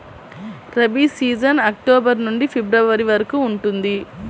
rabi season October నుండి February వరకు ఉంటుంది